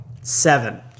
Seven